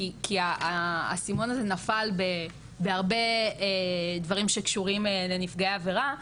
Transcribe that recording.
כי האסימון הזה נפל בהרבה דברים שקשורים לנפגעי עבירה,